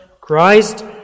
Christ